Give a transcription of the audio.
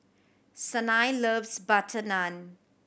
Sanai loves butter naan